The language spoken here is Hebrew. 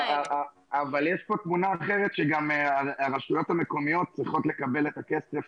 אבל יש פה תמונה אחרת שגם הרשויות המקומיות צריכות לקבל את הכסף